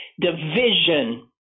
division